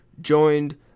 joined